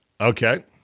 Okay